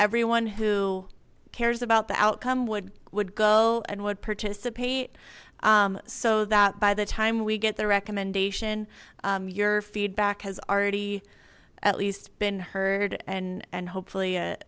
everyone who cares about the outcome would would go and would participate so that by the time we get the recommendation your feedback has already at least been heard and and hopefully